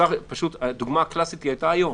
דוגמה קלסית הייתה היום